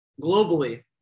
globally